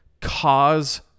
cause